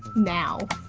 now.